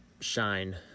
shine